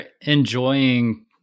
enjoying